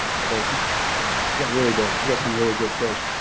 so she she got really big, she got some really good fish.